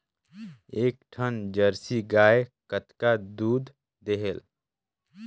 एक ठन जरसी गाय कतका दूध देहेल?